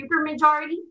supermajority